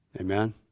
Amen